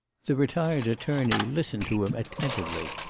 the retired attorney listened to him attentively,